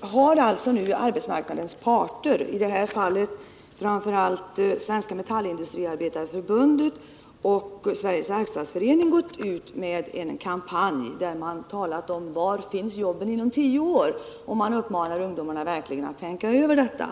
har nu arbetsmarknadens parter, i det här fallet framför allt Svenska metallarbetareförbundet och Sveriges Verkstadsförening, gått ut med en kampanj där man frågar: Var finns jobben inom tio år? Man uppmanar ungdomarna att verkligen tänka över denna fråga.